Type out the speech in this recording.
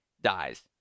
dies